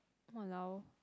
!walao!